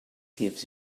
gives